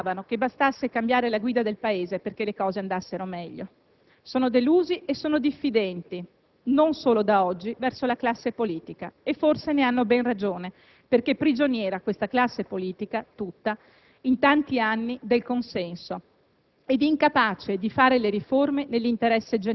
Gli italiani che oggi protestano forse pensavano che bastasse cambiare la guida del Paese perché le cose andassero meglio; sono delusi e diffidenti, non solo da oggi, verso la classe politica e forse ne hanno ben ragione, perché la classe politica è stata prigioniera, in tanti anni, del consenso